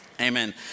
Amen